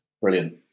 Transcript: brilliant